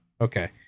okay